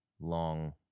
long